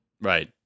Right